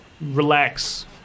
relax